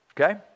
Okay